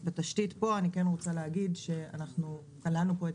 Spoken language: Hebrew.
בתשתית פה אני כן רוצה להגיד שכללנו פה את